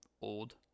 Old